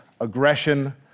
aggression